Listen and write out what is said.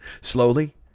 slowly